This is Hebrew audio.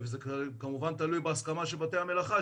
זה כמובן תלוי בהסכמה של בתי המלאכה,